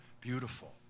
beautiful